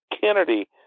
Kennedy